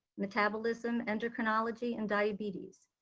metabolism, endocrinology and diabetes.